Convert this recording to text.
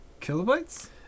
kilobytes